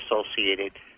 associated